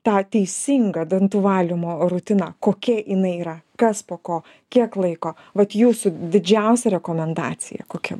tą teisingą dantų valymo rutiną kokia jinai yra kas po ko kiek laiko vat jūsų didžiausia rekomendacija kokia